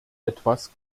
etwas